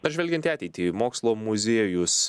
dar žvelgiant į ateitį mokslo muziejus